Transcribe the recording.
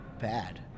bad